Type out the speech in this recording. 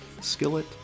Skillet